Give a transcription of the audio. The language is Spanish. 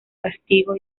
castigo